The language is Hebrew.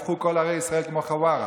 אחרת יהפכו כל ערי ישראל להיות כמו חווארה.